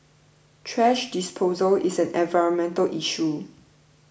thrash disposal is an environmental issue